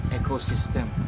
ecosystem